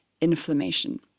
inflammation